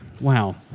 Wow